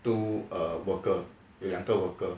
two err worker 有两个 worker